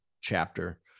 chapter